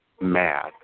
math